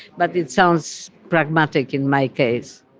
but it sounds pragmatic in my case.